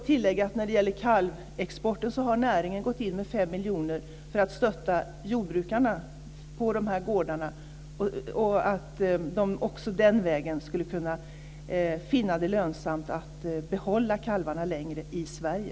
När det gäller kalvexporten har näringen gått in med 5 miljoner kronor för att stötta jordbrukarna på gårdarna, för att de den vägen ska finna det lönsamt att behålla kalvarna längre i Sverige.